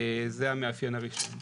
זה המאפיין הראשון.